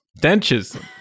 Dentures